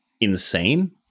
insane